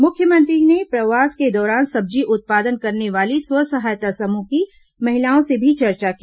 मुख्यमंत्री ने प्रवास के दौरान सब्जी उत्पादन करने वाली स्व सहायता समूह की महिलाओं से भी चर्चा की